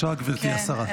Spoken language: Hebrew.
בבקשה, גברתי השרה.